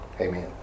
Amen